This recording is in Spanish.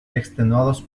extenuados